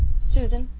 susan,